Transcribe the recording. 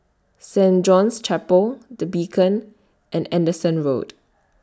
Saint John's Chapel The Beacon and Anderson Road